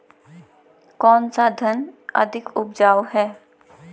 कौन सा धान अधिक उपजाऊ है?